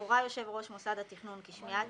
הורה יושב-ראש מוסד התכנון כי שמיעת